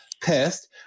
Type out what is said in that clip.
pissed